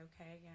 okay